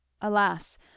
alas